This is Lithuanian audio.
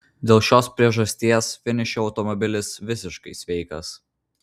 dėl šios priežasties finiše automobilis visiškai sveikas